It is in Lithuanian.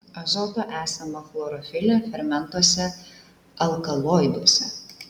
azoto esama chlorofile fermentuose alkaloiduose